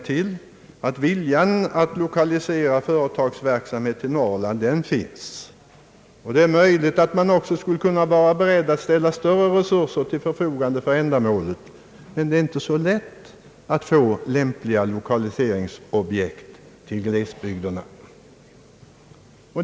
Vi vet att viljan att lokalisera företagsverksamhet till Norrland finns, och det är möjligt att man också skulle kunna vara beredd att ställa större resurser till förfogande för ändamålet. Men det är inte så lätt att få lämpliga lokaliseringsobjekt i glesbygderna.